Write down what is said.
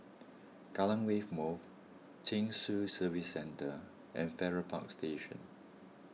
Kallang Wave Move Chin Swee Service Centre and Farrer Park Station